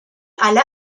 alle